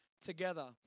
together